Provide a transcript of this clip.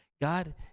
God